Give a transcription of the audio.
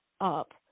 up